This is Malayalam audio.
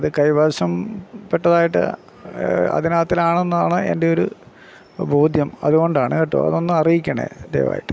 അത് കൈവശം പെട്ടതായിട്ട് അതിനകത്തിലാണെന്നാണ് എൻ്റെയൊരു ബോധ്യം അതുകൊണ്ടാണ് കേട്ടോ അതൊന്നറിയിക്കണേ ദയവായിട്ട്